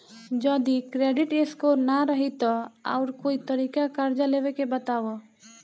जदि credit score ना रही त आऊर कोई तरीका कर्जा लेवे के बताव?